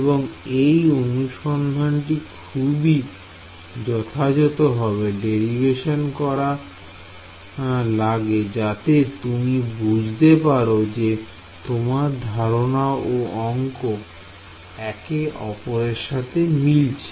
এবং এই অনুসন্ধানটি খুবই যথাযথ হবে দেরিভেশন করা লাগে যাতে তুমি বুঝতে পারো যে তোমার ধারণা ও অংক একে অপরের সাথে মিলছে